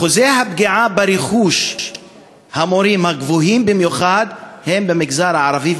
אחוזי הפגיעה ברכוש המורים הגבוהים במיוחד הם במגזר הערבי,